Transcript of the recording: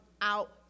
out